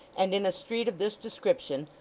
and in a street of this description,